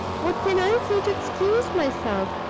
what can i say to excuse myself?